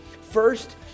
First